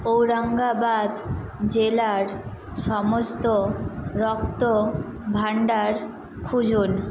ঔরঙ্গাবাদ জেলার সমস্ত রক্ত ভাণ্ডার খুঁজুন